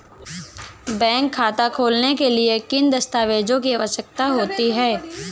Bank खाता खोलने के लिए किन दस्तावेजों की आवश्यकता होती है?